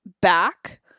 back